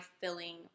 filling